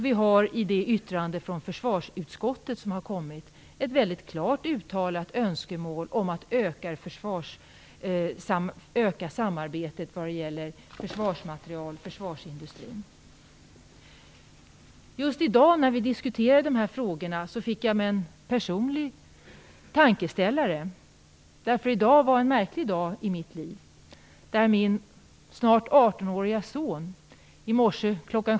Vi har i det yttrande från försvarsutskottet som har kommit ett väldigt klart uttalat önskemål om att öka samarbetet vad gäller försvarsmateriel och försvarsindustrin. Just i dag, när vi diskuterar dessa frågor, har jag fått en personlig tankeställare, därför att den här dagen är en märklig dag i mitt liv. Min snart 18-åriga son skulle i morse kl.